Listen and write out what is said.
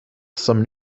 some